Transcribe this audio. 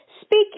Speak